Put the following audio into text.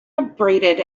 abraded